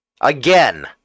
Again